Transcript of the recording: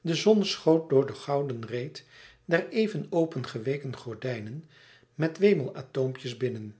de zon schoot door de gouden reet der even opengeweken gordijnen met wemelatoompjes binnen